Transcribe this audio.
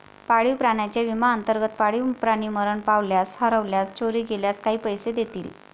पाळीव प्राण्यांच्या विम्याअंतर्गत, पाळीव प्राणी मरण पावल्यास, हरवल्यास, चोरी गेल्यास काही पैसे देतील